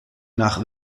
nach